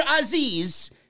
Aziz